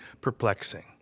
perplexing